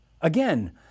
Again